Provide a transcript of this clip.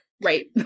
right